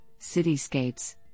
Cityscapes